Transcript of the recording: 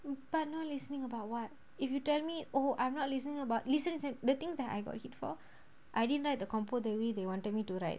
but not listening about what if you tell me oh I'm not listening about listen listen the things that I got hit for I didn't like the compo they wanted me to write